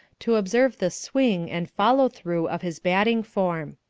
to observe the swing and follow through of his batting form.